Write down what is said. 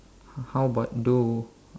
how about though